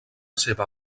seva